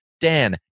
dan